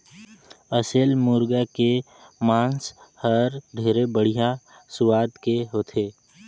असेल मुरगा के मांस हर ढेरे बड़िहा सुवाद के होथे